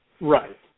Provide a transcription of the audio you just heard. Right